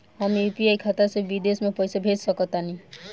हम यू.पी.आई खाता से विदेश म पइसा भेज सक तानि?